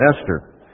Esther